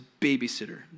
babysitter